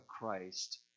Christ